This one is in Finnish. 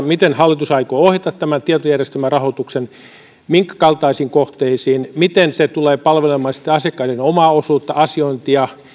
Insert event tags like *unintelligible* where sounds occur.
*unintelligible* miten tulevaisuudessa hallitus aikoo monituottajamallissa kehittää ja ohjata tätä tietojärjestelmärahoitusta minkä kaltaisiin kohteisiin miten se tulee palvelemaan sitten asiakkaiden omaa osuutta asiointia